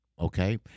okay